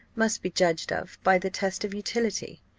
must be judged of by the test of utility.